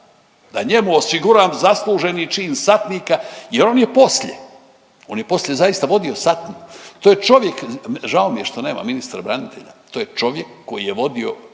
da njemu osiguram zasluženi čin satnika. Jer on je poslije, on je poslije zaista vodio satniju. To je čovjek, žao mi je što nema ministra branitelja, to je čovjek koji je vodio postrojbu